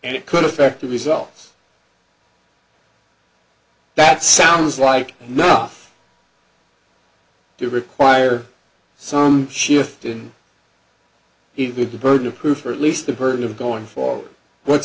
and it could affect the results that sounds like enough to require so she didn't he did the burden of proof or at least the burden of going forward what's